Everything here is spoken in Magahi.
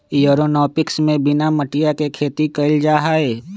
एयरोपोनिक्स में बिना मटिया के खेती कइल जाहई